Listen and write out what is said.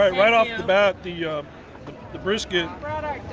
ah right off the bat the but the brisket,